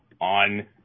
on